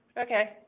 okay